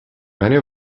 many